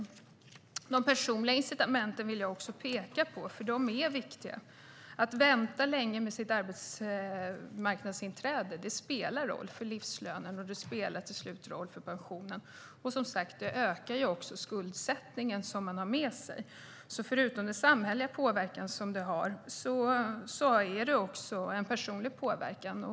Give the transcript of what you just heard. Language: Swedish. Jag vill också peka på de personliga incitamenten, för de är viktiga. Att vänta länge med sitt arbetsmarknadsinträde spelar roll för livslönen, och det spelar till slut roll för pensionen. Det ökar som sagt också den skuldsättning man har med sig. Förutom den samhälleliga påverkan blir det alltså också en personlig påverkan.